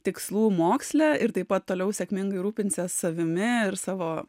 tikslų moksle ir taip pat toliau sėkmingai rūpinsies savimi ir savo